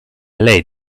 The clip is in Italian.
lei